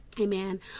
Amen